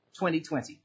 2020